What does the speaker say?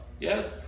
yes